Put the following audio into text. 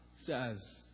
says